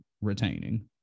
retaining